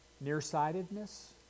nearsightedness